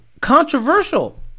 Controversial